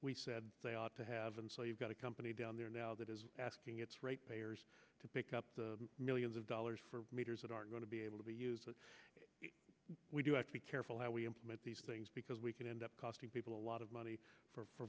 we said they ought to have and so you've got a company down there now that is asking its rate payers to pick up the millions of dollars for meters that are going to be able to use what we do have to be careful how we implement these things because we can end up costing people a lot of money for